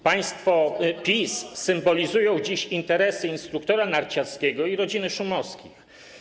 Państwo PiS symbolizują dziś interesy instruktora narciarskiego i rodziny Szumowskich.